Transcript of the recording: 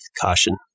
caution